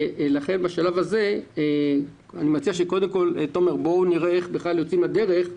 בשלב הזה אני מציע שקודם נראה איך בכלל יוצאים לדרך.